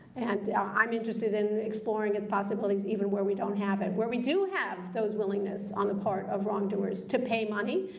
and i'm interested in exploring the possibilities, even where we don't have it. where we do have those willingness on the part of wrongdoers to pay money,